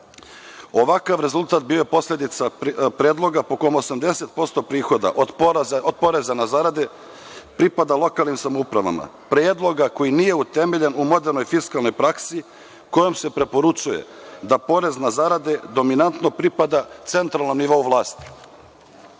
Ovakav rezultat je bio posledica predloga po kome 80% prihoda poreza na zarade pripada lokalnim samoupravama, predloga koji nije temeljan u modernoj fiskalnoj praksi kojom se preporučuje da porez na zarade dominantno pripada centralnom nivou